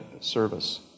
service